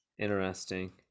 Interesting